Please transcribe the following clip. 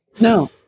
No